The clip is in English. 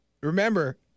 remember